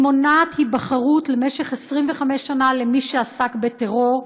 היא מונעת היבחרות למשך 25 שנה ממי שעסק בטרור.